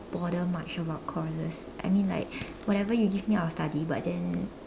bother much about courses I mean like whatever you give me I will study but then